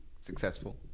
successful